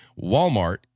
Walmart